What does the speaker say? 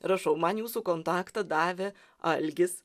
rašau man jūsų kontaktą davė algis